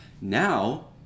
Now